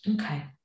Okay